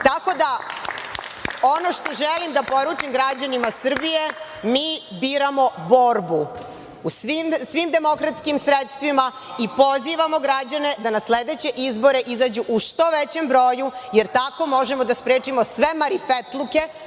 da, ono što želim da poručim građanima Srbije, mi biramo borbu svim demokratskim sredstvima i pozivamo građane da na sledeće izbore izađu u što većem broju, jer tako možemo da sprečimo sve marifetluke